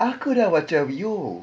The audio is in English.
aku dah macam yo